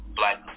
black